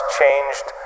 changed